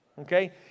Okay